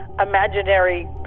imaginary